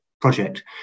project